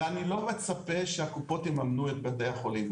ואני לא מצפה שהקופות יממנו את בתי החולים.